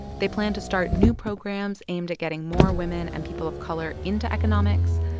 they plan to start new programs aimed at getting more women and people of color into economics.